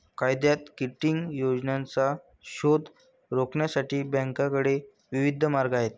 कायद्यात किटिंग योजनांचा शोध रोखण्यासाठी बँकांकडे विविध मार्ग आहेत